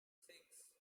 six